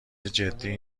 جدی